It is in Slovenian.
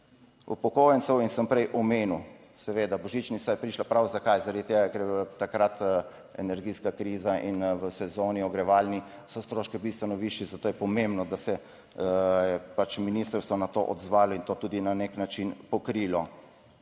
upokojencev in sem prej omenil, seveda božičnica je prišla prav. Zakaj? Zaradi tega, ker je bila takrat energetska kriza in v sezoni ogrevalni so stroški bistveno višji, zato je pomembno, da se je pač ministrstvo na to odzvalo in to tudi na nek način pokrilo.